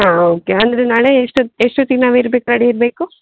ಹಾಂ ಓಕೆ ಅಂದರೆ ನಾಳೆ ಎಷ್ಟೋತ್ತು ಎಷ್ಟೋತ್ತಿಗೆ ನಾವು ಇರ್ಬೇಕು ರಡಿ ಇರಬೇಕು